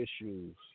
issues